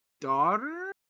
daughter